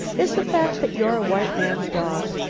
is the fact that you're a white man's dog.